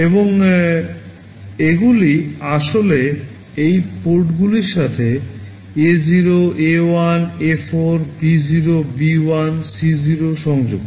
এবং এগুলি আসলে এই পোর্টগুলির সাথে A0 A1 A4 B0 B1 C0 সংযুক্ত